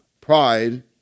Pride